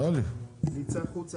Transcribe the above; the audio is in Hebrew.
אני רוצה לחזק אותך,